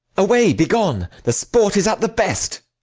away, be gone the sport is at the best.